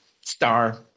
Star